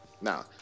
now